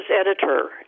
editor